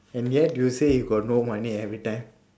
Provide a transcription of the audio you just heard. and yet you say you got no money every time